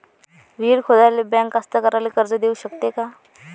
विहीर खोदाले बँक कास्तकाराइले कर्ज देऊ शकते का?